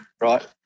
right